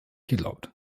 geglaubt